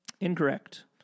Incorrect